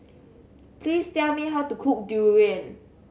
please tell me how to cook durian